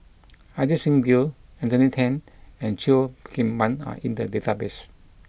Ajit Singh Gill Anthony Then and Cheo Kim Ban are in the database